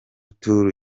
tour